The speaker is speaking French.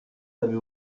aviez